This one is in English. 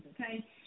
okay